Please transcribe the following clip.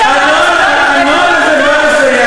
הנוהל הזה בא לסייע.